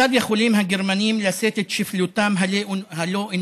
"כיצד יכולים הגרמנים לשאת את שפלותם הלא-אנושית